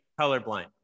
colorblind